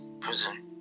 Prison